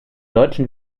deutschen